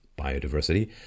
biodiversity